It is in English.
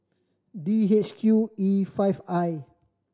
D H Q E five I